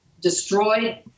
destroyed